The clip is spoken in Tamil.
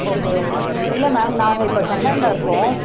ஓகே இல்லை மேம் நாங்கள் இப்போ சென்னையில் இருக்கோம்